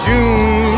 June